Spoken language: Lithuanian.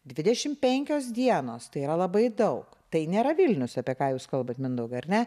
dvidešimt penkios dienos tai yra labai daug tai nėra vilnius apie ką jūs kalbat mindaugai ar ne